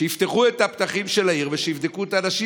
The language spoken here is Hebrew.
שיפתחו את הפתחים של העיר ושיבדקו את האנשים,